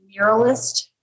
muralist